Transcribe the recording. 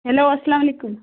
hello اَسلامُ علیکُم